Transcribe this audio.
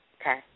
okay